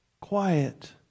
quiet